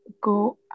go